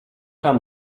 kam